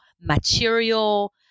material